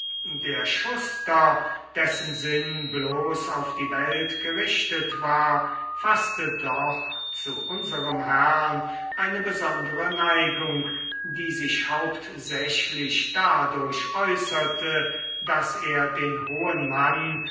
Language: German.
der schuster dessen sinn bloß auf die welt gerichtet war faßte doch zu unserem herrn eine besondere neigung die sich hauptsächlich dadurch äußerte daß er den hohen mann